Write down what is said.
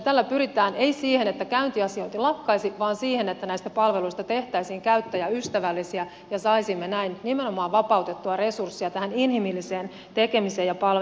tällä pyritään ei siihen että käyntiasiointi lakkaisi vaan siihen että näistä palveluista tehtäisiin käyttäjäystävällisiä ja saisimme näin nimenomaan vapautettua resursseja tähän inhimilliseen tekemiseen ja palvelemiseen